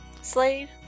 Slade